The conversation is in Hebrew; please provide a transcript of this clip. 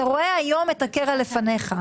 אתה רואה היום את הקרע לפניך,